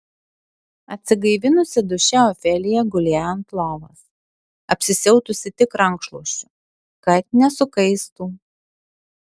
atsigaivinusi duše ofelija gulėjo ant lovos apsisiautusi tik rankšluosčiu kad nesukaistų